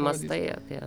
mąstai apie